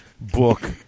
book